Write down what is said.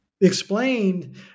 explained